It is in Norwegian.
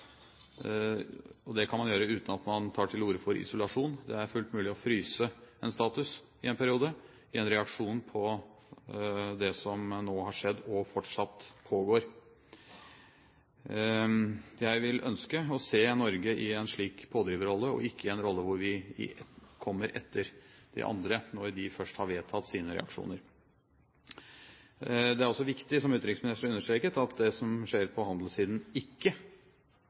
og det kan man gjøre uten at man tar til orde for isolasjon. Det er fullt mulig å fryse en status i en periode, som en reaksjon på det som nå har skjedd, og fortsatt pågår. Jeg vil ønske å se Norge i en slik pådriverrolle og ikke i en rolle hvor vi kommer etter de andre når de først har vedtatt sine reaksjoner. Det er også viktig, som utenriksministeren understreket, at det som skjer på handelssiden, ikke